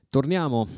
Torniamo